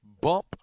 bump